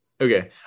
Okay